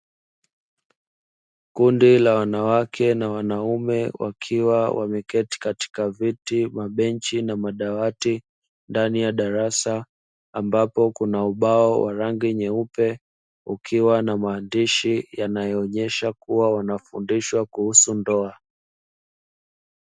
Kundi la wanawake na wanaume wakiwa wameketi katika viti, mabenchi na madawati ndani ya darasa, ambapo kuna ubao wa rangi nyeupe ukiwa na maandishi yanayoonyesha kuwa wanafundishwa kuhusu ndoa.